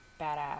badass